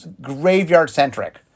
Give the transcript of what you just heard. graveyard-centric